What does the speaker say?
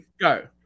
Go